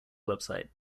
website